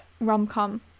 rom-com